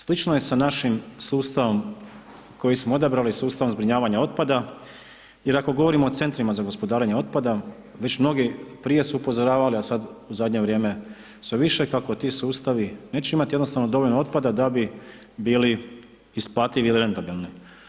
Slično je sa našim sustavom koji smo odabrali, sustavom zbrinjavanja otpada, jer ako govorimo o centrima za gospodarenje otpada već mnogi prije su upozoravali, a sad u zadnje vrijeme sve više kako ti sustavi neće imati jednostavno dovoljno otpada da bi bili isplativi ili rentabilni.